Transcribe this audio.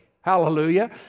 Hallelujah